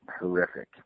horrific